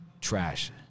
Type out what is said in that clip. trash